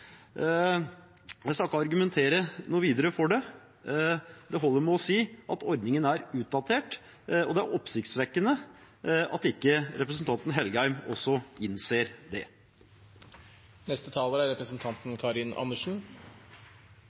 Jeg skal ikke argumentere noe videre for det. Det holder å si at ordningen er utdatert, og det er oppsiktsvekkende at ikke representanten Engen-Helgheim også innser det. Jeg tror kanskje det er